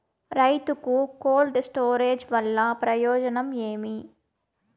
రైతుకు cold storage వల్ల ప్రయోజనం ఏమి?